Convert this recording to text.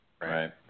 right